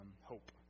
hope